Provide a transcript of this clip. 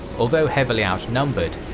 although heavily outnumbered,